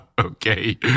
Okay